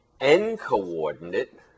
n-coordinate